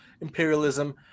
imperialism